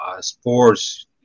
sports